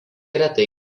retai